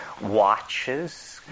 watches